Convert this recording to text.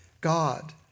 God